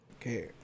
Okay